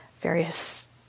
various